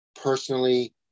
personally